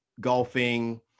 golfing